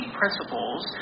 principles